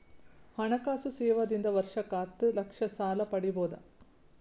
ಹಣಕಾಸು ಸೇವಾ ದಿಂದ ವರ್ಷಕ್ಕ ಹತ್ತ ಲಕ್ಷ ಸಾಲ ಪಡಿಬೋದ?